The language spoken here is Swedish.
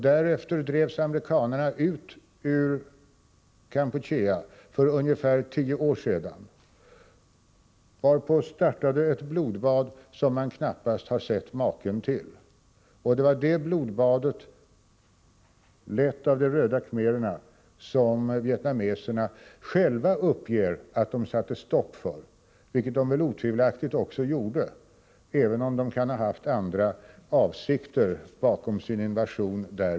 Sedan drevs amerikanerna ut ur Kampuchea för ungefär tio år sedan, varpå startade ett blodbad som man knappast har sett maken till. Det var det blodbadet, lett av de röda khmererna, som vietnameserna själva uppger att de satte stopp för, vilket de väl otvivelaktigt också gjorde, även om de därjämte kan ha haft andra avsikter bakom sin invasion.